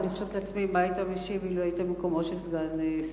ואני חושבת לעצמי מה היית משיב אילו היית במקומו של שר